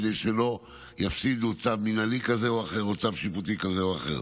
כדי שלא יפסידו צו מינהלי כזה או אחר או צו שיפוטי כזה או אחר.